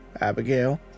Abigail